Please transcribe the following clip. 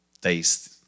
taste